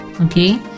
okay